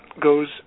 goes